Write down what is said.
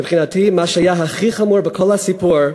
מבחינתי מה שהיה הכי חמור בכל הסיפור,